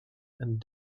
and